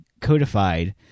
codified